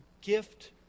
gift